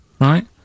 right